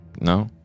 No